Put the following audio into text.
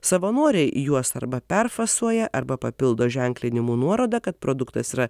savanoriai juos arba perfasuoja arba papildo ženklinimu nuoroda kad produktas yra